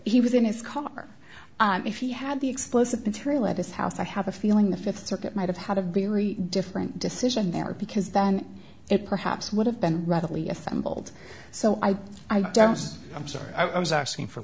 he was in his car if he had the explosive material at his house i have a feeling the fifth circuit might have had a very different decision there because then it perhaps would have been readily assembled so i i don't i'm sorry i was asking for